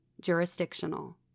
jurisdictional